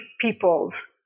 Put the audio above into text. peoples